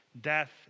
death